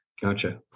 Gotcha